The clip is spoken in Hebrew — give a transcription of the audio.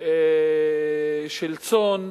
של צאן,